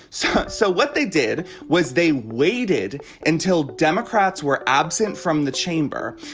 so so what they did was they waited until democrats were absent from the chamber.